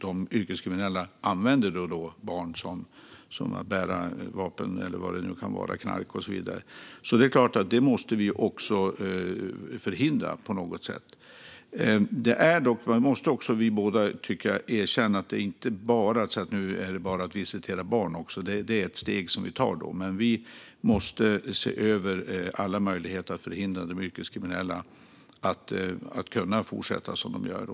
De yrkeskriminella använder barn för att bära vapen, knark och så vidare. Det måste såklart förhindras på något sätt. Vi måste dock båda erkänna att det inte bara är att säga att man nu måste visitera också barn. Det är i så fall ett steg vi tar. Men vi måste se över alla möjligheter att förhindra att de yrkeskriminella kan fortsätta som de gör.